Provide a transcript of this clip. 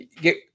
get